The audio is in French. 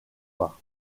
pas